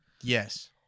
Yes